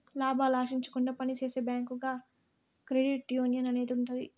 లాభాలు ఆశించకుండా పని చేసే బ్యాంకుగా క్రెడిట్ యునియన్ అనేది ఉంటది